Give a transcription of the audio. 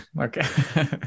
okay